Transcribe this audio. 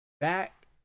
back